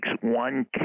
one